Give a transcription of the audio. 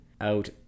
out